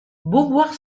beauvoir